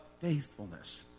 faithfulness